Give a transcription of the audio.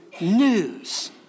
news